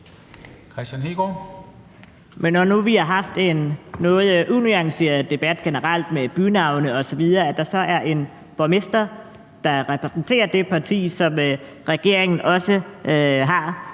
nu vi har haft en noget unuanceret debat generelt med bynavne osv. og der så er en borgmester, der repræsenterer det parti, som regeringen også har,